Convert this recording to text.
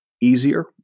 easier